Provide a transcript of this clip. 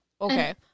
okay